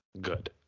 good